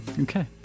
Okay